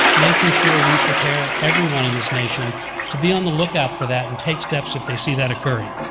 making sure we prepare everyone in this nation to be on the lookout for that and take steps if they see that occurring.